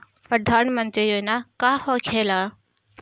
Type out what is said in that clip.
प्रधानमंत्री योजना का होखेला?